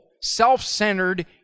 self-centered